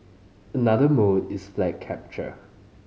another mode is flag capture